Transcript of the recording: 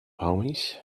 homies